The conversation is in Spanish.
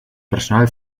personal